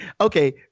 okay